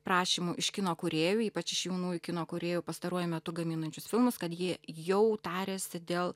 prašymų iš kino kūrėjų ypač iš jaunųjų kino kūrėjų pastaruoju metu gaminančius filmus kad jie jau tariasi dėl